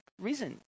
risen